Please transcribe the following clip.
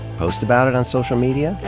post about it on social media?